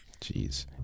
Jeez